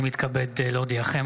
אני מתכבד להודיעכם,